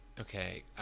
Okay